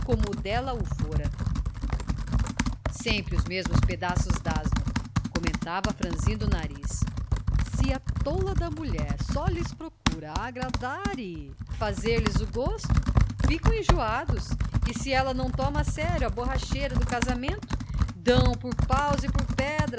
o dela o fora sempre os mesmos pedaços de asno comentava franzindo o nariz se a tola da mulher só lhes procura agradar e fazer-lhes o gosto ficam enjoados e se ela não toma a sério a borracheira do casamento dão por paus e por